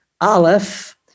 Aleph